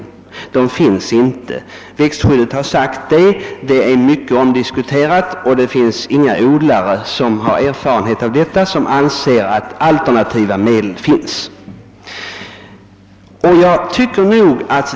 Sådana finns ännu inte. Malation är värdelöst som alternativ såvitt man inte vill vålla omfattande bidöd. Odlare med erfarenhet från detta område anser att det icke finns alternativa bekämpningsmedel.